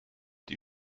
die